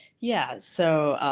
yeah, so